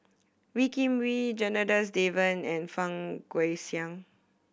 Wee Kim Wee Janadas Devan and Fang Guixiang